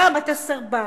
פעם אתה סרבן,